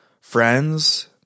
friends